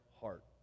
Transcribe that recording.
heart